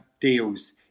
deals